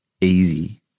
easy